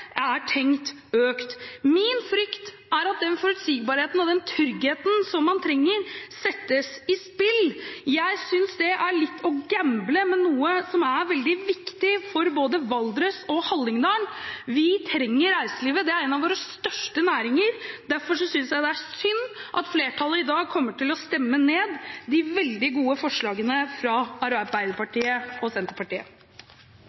er tenkt økt. Min frykt er at den forutsigbarheten og den tryggheten som man trenger, settes på spill. Jeg synes det er å gamble med noe som er veldig viktig for både Valdres og Hallingdal. Vi trenger reiselivet, det er en av våre største næringer. Derfor synes jeg det er synd at flertallet i dag kommer til å stemme ned de veldig gode forslagene fra